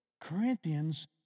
Corinthians